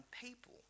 people